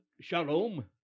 Shalom